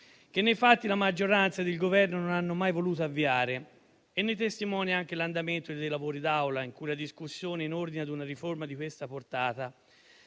che nei fatti la maggioranza ed il Governo non hanno mai voluto avviare. Ne è testimone anche l'andamento dei lavori d'Aula, in cui la discussione in ordine ad una riforma di questa portata